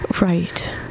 Right